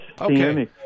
Okay